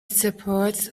supports